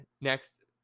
next